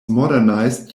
modernized